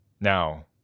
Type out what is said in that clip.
Now